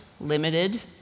limited